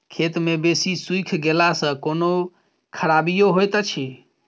खेत मे बेसी सुइख गेला सॅ कोनो खराबीयो होयत अछि?